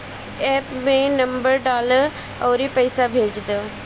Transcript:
app में number डालअ अउरी पईसा भेज दअ